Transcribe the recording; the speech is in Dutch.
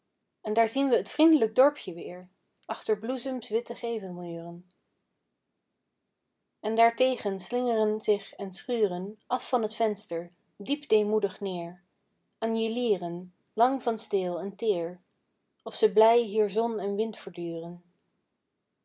en daar zien we t vriendelijk dorpje weer achter bloezems witte gevelmuren en daartegen slingeren zich en schuren af van t venster diep deemoedig neer anjelieren lang van steel en teer of ze blij hier zon en wind verduren